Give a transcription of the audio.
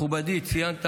מכובדי, ציינת